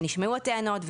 שנשמעו הטענות בו,